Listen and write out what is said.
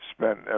spent